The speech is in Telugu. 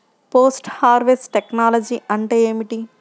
పోస్ట్ హార్వెస్ట్ టెక్నాలజీ అంటే ఏమిటి?